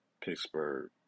Pittsburgh